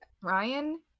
Ryan